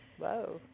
Whoa